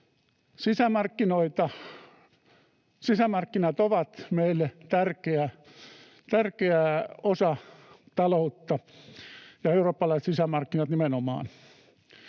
Sisämarkkinat ovat meille tärkeä osa taloutta ja eurooppalaiset sisämarkkinat nimenomaan,